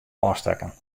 ôfstekken